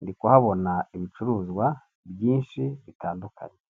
ndi kuhabona ibicuruzwa byinshi bitandukanye.